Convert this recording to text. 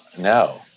no